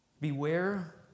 Beware